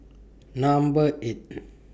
Number eight